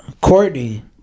courtney